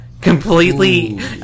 Completely